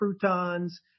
croutons